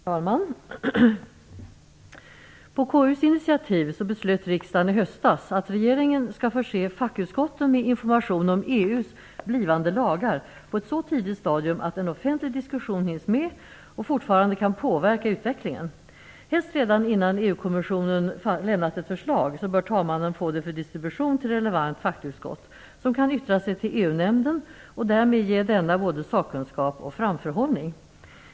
Herr talman! På KU:s initiativ beslöt riksdagen i höstas att regeringen skall förse fackutskotten med information om EU:s blivande lagar på ett så tidigt stadium att en offentlig diskussion hinns med och fortfarande kan påverka utvecklingen. Helst redan innan EU-kommissionen har lämnat ett förslag bör talmannen få det för distribution till relevant fackutskott som kan yttra sig till EU-nämnden och därmed ge denna både sakkunskap och framförhållning.